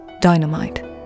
Dynamite